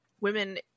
women